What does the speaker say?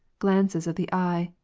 glances of the eye,